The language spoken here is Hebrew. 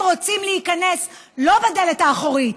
הם רוצים להיכנס לא בדלת האחורית,